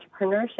entrepreneurship